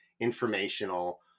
informational